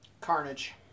Carnage